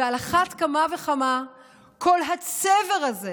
ועל אחת כמה וכמה כל הצבר הזה,